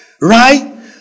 Right